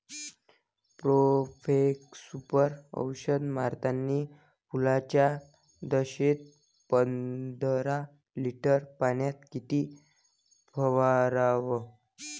Profex Super औषध मारतानी फुलाच्या दशेत पंदरा लिटर पाण्यात किती फवाराव?